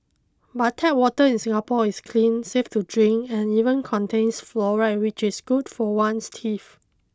but tap water in Singapore is clean safe to drink and even contains fluoride which is good for one's teeth